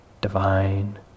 divine